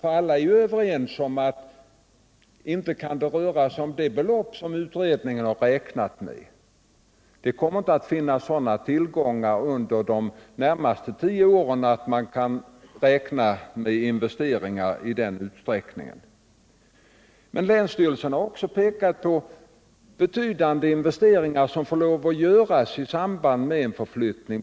För alla är ju överens om att det inte kan röra sig om de belopp som utredningen räknat med; det kommer inte att finnas sådana tillgångar under de närmaste tio åren att man kan räkna med investeringar i den utsträckningen. Men länsstyrelsen har också visat på betydande investeringar som måste göras i samband med en förflyttning.